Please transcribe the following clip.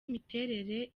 imiterere